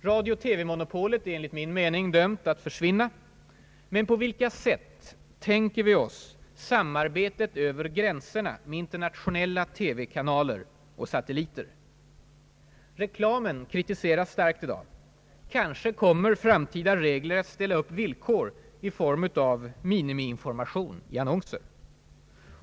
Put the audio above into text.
Radio-TV-monopolet är enligt min mening dömt att försvinna — men på vilka sätt tänker vi oss samarbetet över gränserna med internationella TV kanaler och satelliter? Reklamen kritiseras starkt i dag. Kanske kommer framtida regler att ställa upp villkor i form av minimiinformation i annonser.